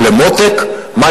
זה לtech--mo,